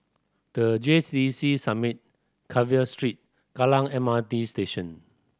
the T C Summit Carver Street Kallang M R T Station